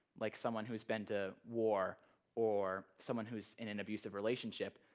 like someone who's been to war or someone who's in an abusive relationship,